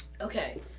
Okay